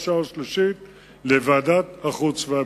שנייה ושלישית לוועדת החוץ והביטחון.